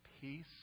peace